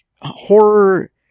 horror